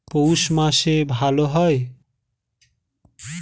পৌষ মাসে ভালো হয়?